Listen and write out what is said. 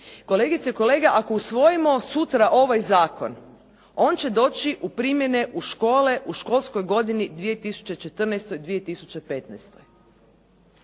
Kolegice i kolege, ako usvojimo sutra ovaj zakon on će doći u primjene u škole u školskoj godini 2014./2015.,